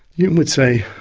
hume would say,